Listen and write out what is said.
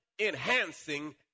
enhancing